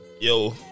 Yo